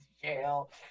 jail